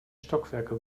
stockwerke